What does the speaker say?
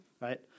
Right